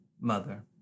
mother